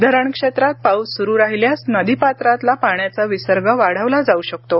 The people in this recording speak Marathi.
धरणक्षेत्रात पाऊस सुरू राहिल्यास नदी पात्रातला पाण्याचा विसर्ग वाढवला जाऊ शकतो